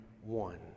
one